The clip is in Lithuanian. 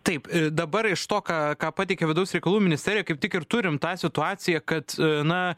taip dabar iš to ką ką pateikė vidaus reikalų ministerija kaip tik ir turim tą situaciją kad na